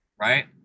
right